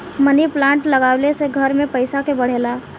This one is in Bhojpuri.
मनी पलांट लागवे से घर में पईसा के बढ़ेला